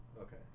Okay